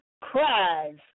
cries